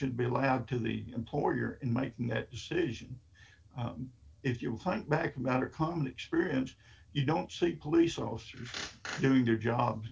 should be allowed to the employer in my decision if you hunt back about a common experience you don't see police officers doing their job